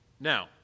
Now